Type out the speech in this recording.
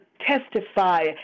testify